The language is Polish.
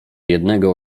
jednego